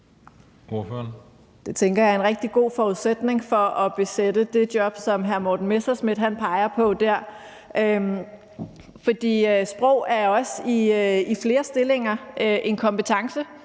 Det tænker jeg er en rigtig god forudsætning for at besætte det job, som hr. Morten Messerschmidt peger på der, for sprog er også i flere stillinger en kompetence.